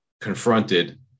confronted